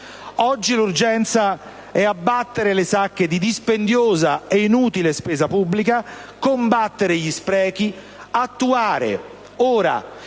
Oggi l'urgenza è quella di abbattere le sacche di dispendiosa e inutile spesa pubblica, combattere gli sprechi, attuare, ora